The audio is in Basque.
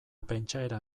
pentsaera